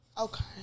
Okay